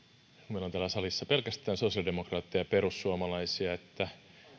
meillä on täällä salissa pelkästään sosiaalidemokraatteja ja perussuomalaisia